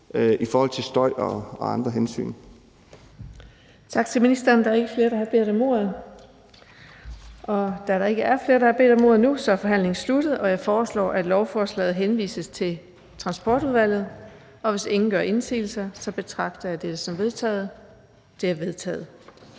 formand (Birgitte Vind): Tak til ministeren. Der er ikke flere, der har bedt om ordet. Da der ikke er flere, der har bedt om ordet nu, er forhandlingen sluttet. Jeg foreslår, at lovforslaget henvises til Transportudvalget. Hvis ingen gør indsigelse, betragter jeg dette som vedtaget. Det er vedtaget.